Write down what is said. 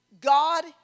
God